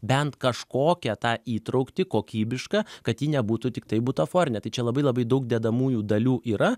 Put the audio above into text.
bent kažkokią tą įtrauktį kokybišką kad ji nebūtų tiktai butaforinė tai čia labai labai daug dedamųjų dalių yra